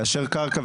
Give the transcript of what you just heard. כאשר קרקע,